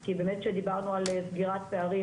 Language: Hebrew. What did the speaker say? כי באמת כשדיברנו על סגירת פערים,